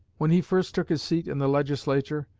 when he first took his seat in the legislature,